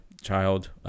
child